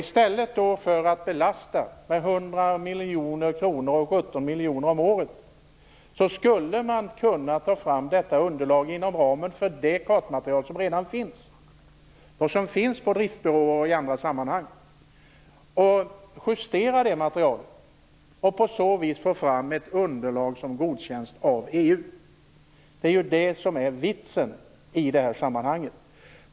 I stället för att belasta med först 100 miljoner kronor och sedan 17 miljoner kronor om året skulle man kunna ta fram detta underlag inom ramen för det kartmaterial som redan finns på t.ex. driftbyråer, justera detta material och på så vis få fram ett underlag som godkänns av EU. Det är ju det som är vitsen i det här sammanhanget.